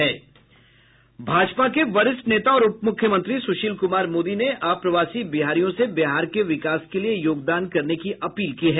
भाजपा के वरिष्ठ नेता और उप मुख्यमंत्री सुशील कुमार मोदी ने अप्रवासी बिहारियों से बिहार के विकास के लिए योगदान करने की अपील की है